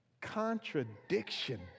contradiction